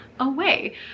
away